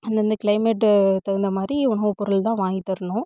அந்தந்த கிளைமேட்டு தகுந்த மாதிரி உணவு பொருள் தான் வாங்கி தரணும்